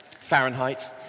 Fahrenheit